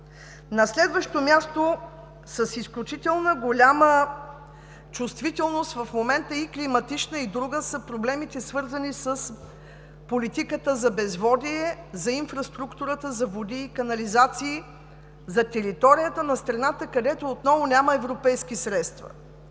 На следващо място, с изключително голяма чувствителност в момента – и климатична, и друга, са проблемите, свързани с политиката за безводие, за инфраструктурата, за води и канализации на територията на страната, където отново няма европейски средства.